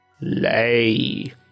Lay